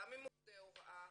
גם עם עובדי ההוראה,